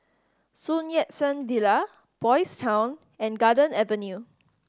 Sun Yat Sen Villa Boys' Town and Garden Avenue